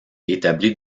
établit